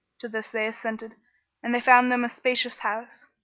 to this they assented and they found them a spacious house,